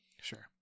sure